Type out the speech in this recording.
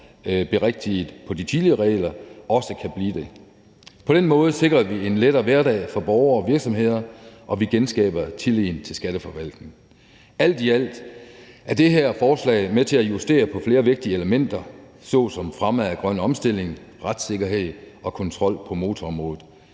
forhold til de tidligere regler, også kan blive det. På den måde sikrer vi en lettere hverdag for borgere og virksomheder, og vi genskaber tilliden til skatteforvaltningen. Alt i alt er det her forslag med til at justere flere vigtige elementer såsom fremme af grøn omstilling, retssikkerhed og kontrol på motorområdet.